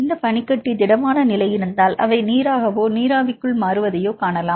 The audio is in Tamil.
இந்த பனிக்கட்டி திடமான நிலை இருந்தால் அவை நீராகவோ நீராவிக்குள் மாறுவதைக் காணலாம்